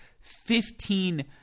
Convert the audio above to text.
Fifteen